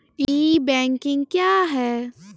ई banking क्या हैं?